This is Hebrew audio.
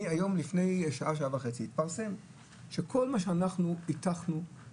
לפני שעה-שעה וחצי התפרסם שכל מה שאנחנו הטלנו,